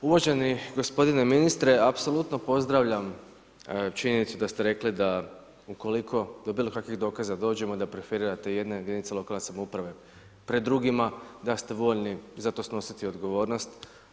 Uvaženi gospodine ministre apsolutno pozdravljam činjenicu da ste rekli da ukoliko do bilo kakvih dokaza dođemo da preferirate jedne jedinice lokalne samouprave pred drugima da ste voljni zato snositi odgovornost.